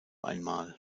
einmal